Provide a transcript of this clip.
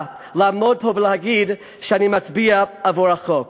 לעמוד פה ולהגיד שאני מצביע עבור החוק.